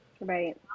Right